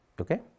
okay